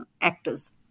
actors